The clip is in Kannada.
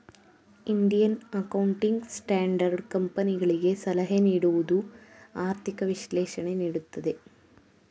ಇಂಡಿಯನ್ ಅಕೌಂಟಿಂಗ್ ಸ್ಟ್ಯಾಂಡರ್ಡ್ ಕಂಪನಿಗಳಿಗೆ ಸಲಹೆ ನೀಡುವುದು, ಆರ್ಥಿಕ ವಿಶ್ಲೇಷಣೆ ನೀಡುತ್ತದೆ